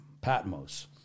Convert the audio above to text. Patmos